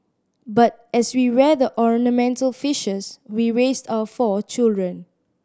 but as we rear the ornamental fishes we raised our four children